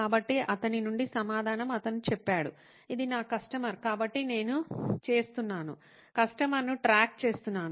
కాబట్టి అతని నుండి సమాధానం అతను చెప్పాడు ఇది నా కస్టమర్ కాబట్టి నేను చేస్తున్నాను కస్టమర్ను ట్రాక్ చేస్తున్నాను